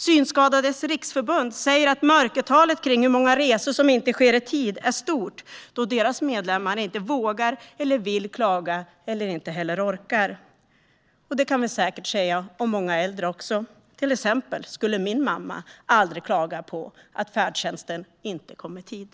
Synskadades Riksförbund säger att mörkertalet kring hur många resor som inte sker i tid är stort då deras medlemmar inte vågar eller vill klaga eller inte orkar göra det. Det kan vi säkert säga om många äldre också. Till exempel skulle min mamma aldrig klaga på att färdtjänsten inte kom i tid.